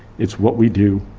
it's what we do,